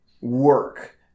work